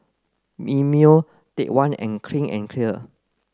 Mimeo Take One and Clean and Clear